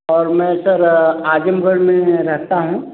और मैं सर आजमगढ़ में रहता हूँ